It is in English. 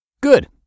Good